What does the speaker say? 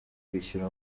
kwishyura